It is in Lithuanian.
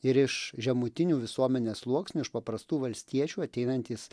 ir iš žemutinių visuomenės sluoksnių iš paprastų valstiečių ateinantys